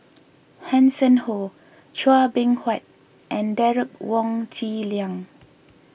Hanson Ho Chua Beng Huat and Derek Wong Zi Liang